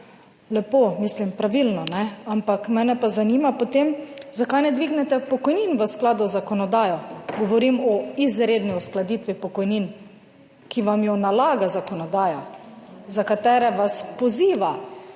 lepo, mislim, pravilno, ampak mene pa zanima potem, zakaj ne dvignete pokojnin v skladu z zakonodajo, govorim o izredni uskladitvi pokojnin, ki vam jo nalaga zakonodaja, za katere vas poziva